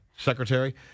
Secretary